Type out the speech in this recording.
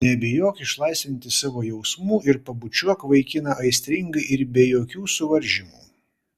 nebijok išlaisvinti savo jausmų ir pabučiuok vaikiną aistringai ir be jokių suvaržymų